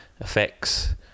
effects